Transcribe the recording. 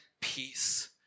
peace